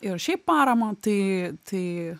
ir šiaip paramą tai tai